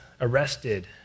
arrested